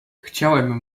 chciałem